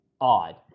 odd